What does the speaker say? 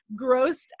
grossed